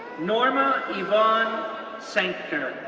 norma yvonne sanctor,